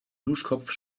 duschkopf